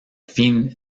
fin